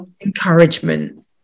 encouragement